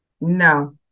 No